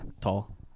Tall